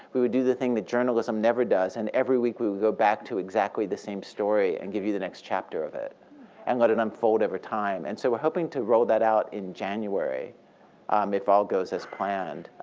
we would do the thing that journalism never does, and every week, we would go back to exactly the same story and give you the next chapter of it and let it unfold over time. and so we're hoping to roll that out in january um if all goes as planned.